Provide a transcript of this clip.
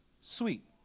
sweet